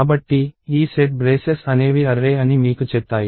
కాబట్టి ఈ set braces అనేవి అర్రే అని మీకు చెప్తాయి